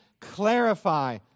clarify